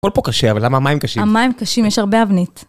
הכל פה קשה, אבל למה המים קשים? המים קשים, יש הרבה אבנית.